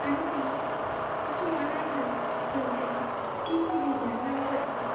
आनी ती अशे मनान धर धरले की ती बिरयानी हांव करतलें